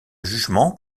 jugement